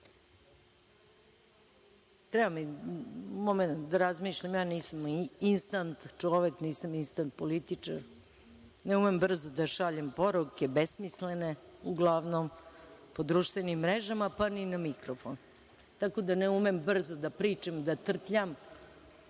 Treba mi momenat da razmislim, nisam instant čovek, nisam instant političar, ne umem brzo da šaljem poruke besmislene, uglavnom po društvenim mrežama, pa ni na mikrofon, tako da ne umem brzo da pričam, da trtljam,